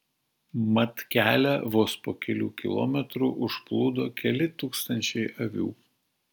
mat kelią vos po kelių kilometrų užplūdo keli tūkstančiai avių